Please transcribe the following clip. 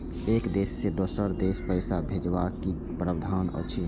एक देश से दोसर देश पैसा भैजबाक कि प्रावधान अछि??